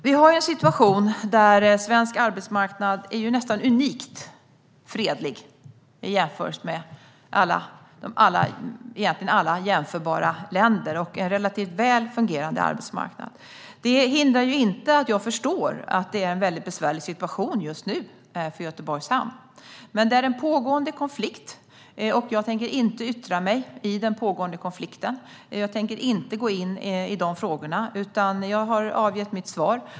Vi har en situation där svensk arbetsmarknad nästan är unikt fredlig i jämförelse med i egentligen alla jämförbara länder och är en relativt väl fungerande arbetsmarknad. Det hindrar inte att jag förstår att det är en väldigt besvärlig situation just nu för Göteborgs hamn. Det är en pågående konflikt, och jag tänker inte yttra mig i den pågående konflikten. Jag tänker inte gå in i de frågorna, utan jag har gett mitt svar.